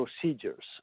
procedures